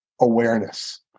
awareness